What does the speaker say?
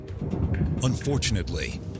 Unfortunately